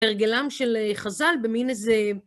הרגלם של חז״ל במין איזה...